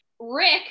rick